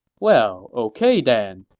well, ok then.